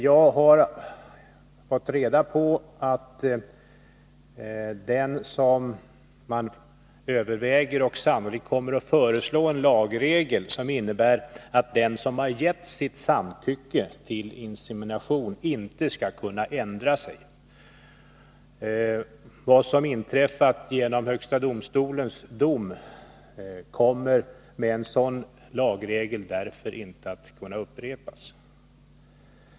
Jag har bl.a. fått reda på att man överväger och sannolikt kommer att föreslå en lagregel som innebär att den som har gett sitt samtycke till insemination inte skall kunna ändra sig. Det som inträffat genom högsta domstolens dom kommer med en sådan lagregel inte att kunna upprepas.